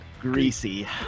greasy